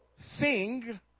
sing